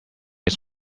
its